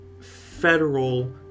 federal